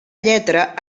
lletra